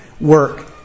work